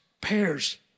pairs